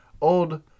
old